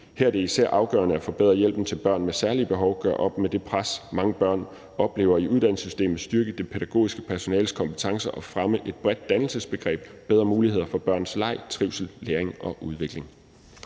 er det især afgørende at forbedre hjælpen til børn med særlige behov, gøre op med det pres, mange børn oplever i uddannelseslivet, styrke det pædagogiske personales kompetencer og fremme et bredt dannelsesbegreb, bedre muligheder for børns leg, trivsel, læring og udvikling.«